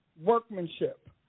workmanship